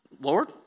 Lord